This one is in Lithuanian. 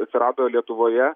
atsirado lietuvoje